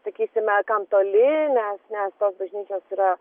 sakysime kam toli nes nes tos bažnyčios yra